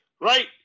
Right